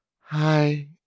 hi